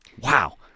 Wow